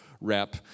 rep